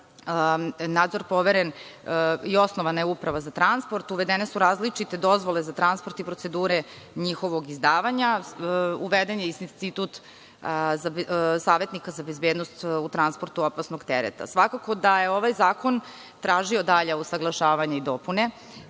nadzor poveren i osnovana je Uprava za transport, uvedene su različite dozvole za transport i procedure njihovog izdavanja. Uveden je i institut savetnika za bezbednost u transportu opasnog tereta. Svakako da je ovaj zakon tražio dalja usaglašavanja i dopune